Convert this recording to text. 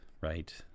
right